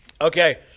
okay